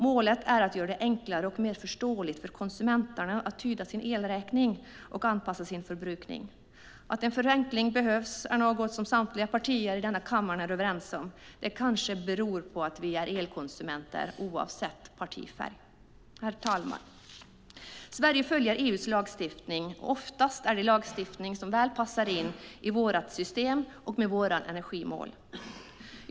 Målet är att göra det enklare och mer förståeligt för konsumenten att tyda sin elräkning och anpassa sin förbrukning. Att en förenkling behövs är något som samtliga partier i kammaren är överens om. Det kanske beror på att vi alla är elkonsumenter oavsett partifärg. Herr talman! Sverige följer EU:s lagstiftning. Oftast är det lagstiftning som väl passar in i vårt energisystem och med våra energimål.